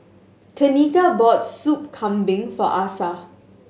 Tenika bought Sup Kambing for Asa